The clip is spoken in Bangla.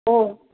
ও